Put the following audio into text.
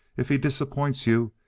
if he disappoints you,